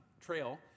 trail